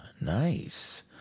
nice